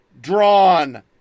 drawn